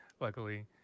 luckily